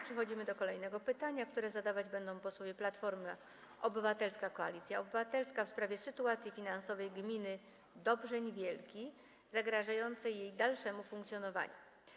Przechodzimy do kolejnego pytania, które zadawać będą posłowie Platformy Obywatelskiej - Koalicji Obywatelskiej w sprawie sytuacji finansowej gminy Dobrzeń Wielki zagrażającej jej dalszemu funkcjonowaniu.